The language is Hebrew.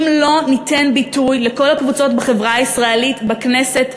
אם לא ניתן ביטוי לכל הקבוצות בחברה הישראלית בכנסת,